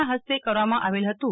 ના હસ્તે કરવામાં આવેલ હતું